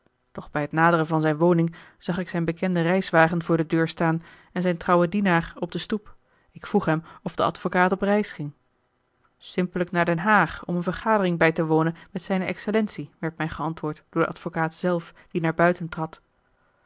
doch bij t naderen van zijne woning zag ik zijn bekenden reiswagen voor de deur staan en zijn trouwen dienaar op de stoep ik vroeg hem of de advocaat op reis ging simpellijk naar den haag om eene vergadering bij te wonen met zijne excellentie werd mij geantwoord door den advocaat zelf die naar buiten trad